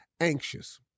anxious